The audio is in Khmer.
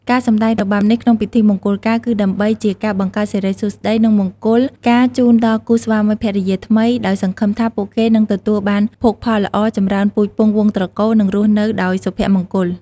ការសម្តែងរបាំនេះក្នុងពិធីមង្គលការ គឺដើម្បីជាការបង្កើតសិរីសួស្ដី និងមង្គលការជូនដល់គូស្វាមីភរិយាថ្មី ដោយសង្ឃឹមថាពួកគេនឹងទទួលបានភោគផលល្អ ចម្រើនពូជពង្សវង្សត្រកូល និងរស់នៅដោយសុភមង្គល។